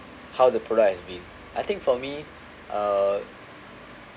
how the product has been I think for me uh